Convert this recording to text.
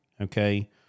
okay